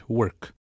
work